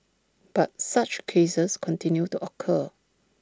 but such cases continue to occur